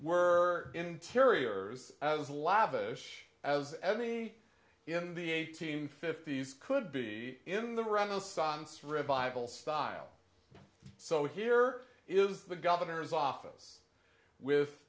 were interiors as lavish as any in the eighteen fifties could be in the renaissance revival style so here is the governor's office with